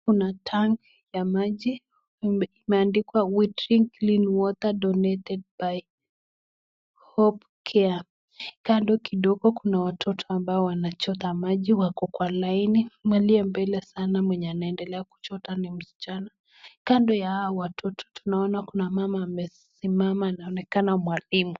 Kuna tanki ya maji imeandikwa We drink clean water donated by hope care . Kando kidogo kuna watoto ambao Wanachota maji, wako kwa laini. Aliye mbele sana mwenye anaendea kuchota ni msichana. Kando ya hao watoto tunaona kuna mama amesimama anaonekana mwalimu.